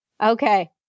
Okay